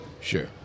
Sure